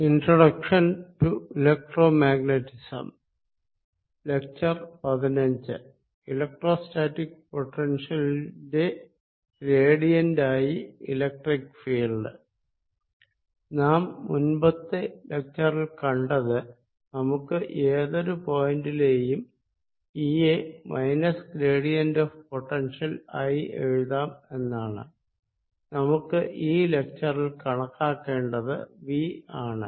electro static പൊട്ടൻഷ്യലിന്റെ gradient ആയി electric field നാം മുൻപത്തെ ലെക്ച്ചറിൽ കണ്ടത് നമുക്ക് ഏതൊരു പോയിന്റിലെയും E യെ മൈനസ് ഗ്രേഡിയന്റ് ഓഫ് പൊട്ടൻഷ്യൽ ആയി എഴുതാം എന്നാണ് നമുക്ക് ഈ ലെക്ച്ചറിൽ കണക്കാക്കേണ്ടത് V ആണ്